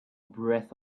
breath